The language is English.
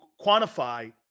quantify